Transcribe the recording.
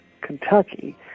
Kentucky